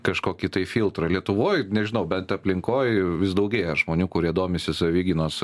kažkokį tai filtrą lietuvoj nežinau bent aplinkoj vis daugėja žmonių kurie domisi savigynos